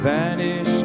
Vanish